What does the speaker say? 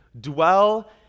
dwell